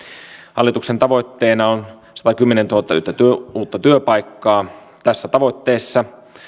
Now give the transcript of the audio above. hallituksen tavoitteena on satakymmentätuhatta uutta työpaikkaa tässä tavoitteessa